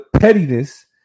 pettiness